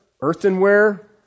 earthenware